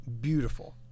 Beautiful